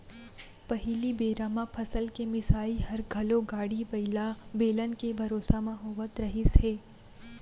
पहिली बेरा म फसल के मिंसाई हर घलौ गाड़ी बइला, बेलन के भरोसा म होवत रहिस हे